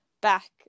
back